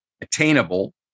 attainable